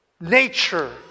nature